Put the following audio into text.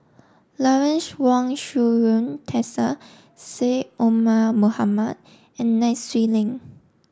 Lawrence Wong Shyun Tsai Syed Omar Mohamed and Nai Swee Leng